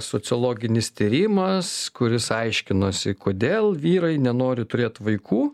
sociologinis tyrimas kuris aiškinosi kodėl vyrai nenori turėt vaikų